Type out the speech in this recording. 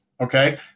okay